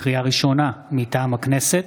לקריאה הראשונה מטעם הכנסת,